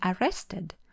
arrested